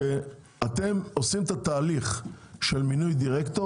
שאתם עושים את התהליך של מינוי דירקטור